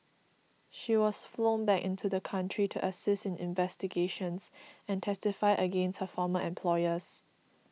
she was flown back into the country to assist in investigations and testify against her former employers